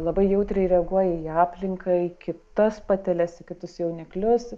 labai jautriai reaguoja į aplinką į kitas pateles į kitus jauniklius